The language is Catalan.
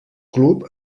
club